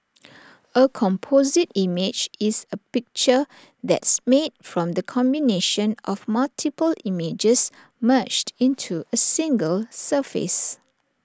A composite image is A picture that's made from the combination of multiple images merged into A single surface